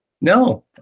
No